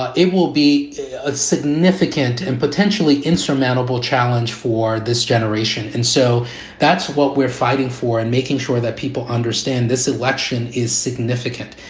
ah it will be a significant and potentially insurmountable challenge for this generation and so that's what we're fighting for and making sure that people understand this election is significant.